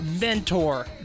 mentor